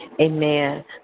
Amen